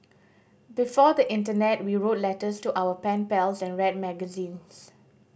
before the internet we wrote letters to our pen pals and read magazines